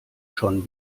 schon